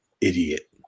idiot